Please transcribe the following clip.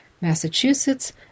Massachusetts